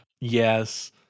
Yes